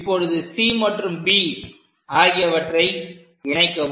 இப்பொழுது C மற்றும் B ஆகியவற்றை இணைக்கவும்